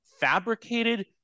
fabricated